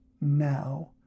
now